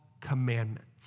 commandments